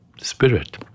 spirit